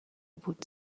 بود